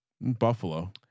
Buffalo